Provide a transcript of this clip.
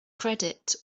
credit